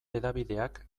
hedabideak